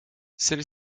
celle